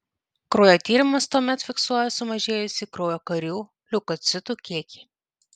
kraujo tyrimas tuomet fiksuoja sumažėjusį kraujo karių leukocitų kiekį